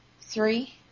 Three